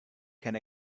can